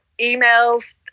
emails